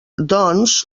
doncs